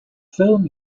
film